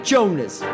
Jonas